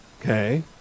Okay